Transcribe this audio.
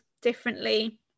differently